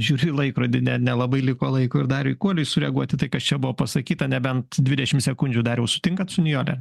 žiūriu į laikrodį ne nelabai liko laiko ir dariui kuoliui sureaguoti tai kas čia buvo pasakyta nebent dvidešimt sekundžių dariau sutinkat su nijole